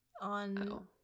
on